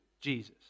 Jesus